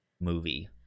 movie